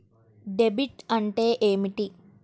Debit అంటే ఏమిటి?